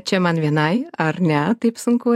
čia man vienai ar ne taip sunku